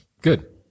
Good